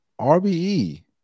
RBE